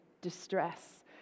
distress